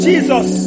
Jesus